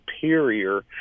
superior